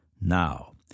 now